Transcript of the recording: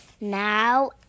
Now